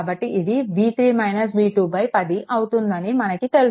కాబట్టి ఇది 10 అవుతుందని మనకు తెలుసు